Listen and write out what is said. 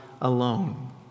alone